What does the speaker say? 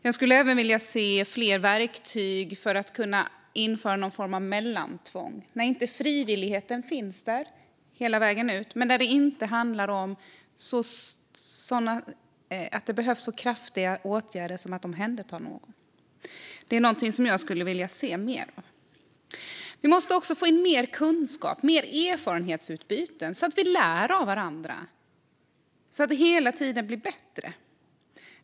Jag skulle även vilja se fler verktyg för att kunna införa någon form av mellantvång när frivilligheten inte finns där hela vägen ut men när det inte handlar om att det behövs så kraftiga åtgärder som att omhänderta någon. Det är någonting som jag skulle vilja se mer av. Vi måste också få in mer kunskap och erfarenhetsutbyte så att vi lär av varandra och hela tiden blir bättre.